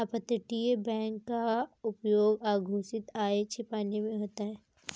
अपतटीय बैंक का उपयोग अघोषित आय छिपाने में होता है